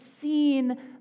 seen